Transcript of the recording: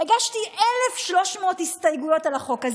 הגשתי 1,300 הסתייגויות על החוק הזה.